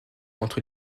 entre